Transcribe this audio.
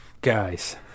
Guys